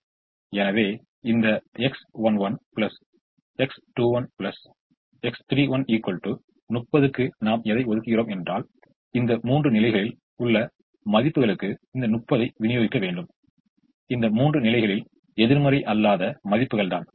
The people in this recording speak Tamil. எனவே இந்த X11 X21 X31 30 க்கு நாம் எதை ஒதுக்குகிறோம் என்றால் இந்த மூன்று நிலைகளில் உள்ள மதிப்புகளுக்கு இந்த 30 ஐ விநியோகிக்க வேண்டும் இந்த மூன்று நிலைகளில் எதிர்மறை அல்லாத மதிப்புகள் தான்